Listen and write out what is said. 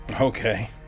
okay